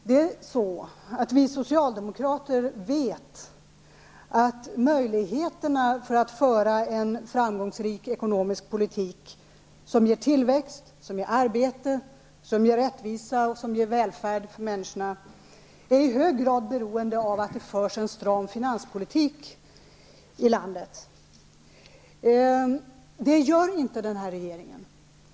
Låt mig då säga till Knut Wachtmeister att vi socialdemokrater vet att möjligheterna att föra en framgångsrik ekonomisk politik, som ger tillväxt, som ger arbete, som ger rättvisa och välfärd för människorna, i hög grad är beroende av att det förs en stram finanspolitik i landet. En sådan politik för inte den här regeringen.